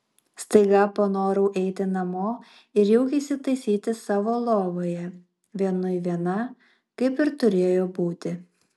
staiga panorau eiti namo ir jaukiai įsitaisyti savo lovoje vienui viena kaip ir turėjo būti